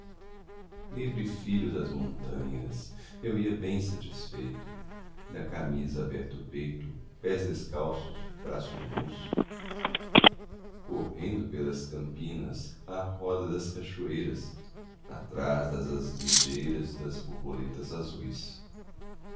livre filho das montanhas eu ia bem satisfeito da camisa aberto o peito pés descalços braços nus correndo pelas campinas à roda das cachoeiras atrás das asas ligeiras das borboletas azuis